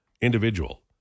individual